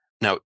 Now